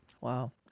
Wow